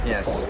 Yes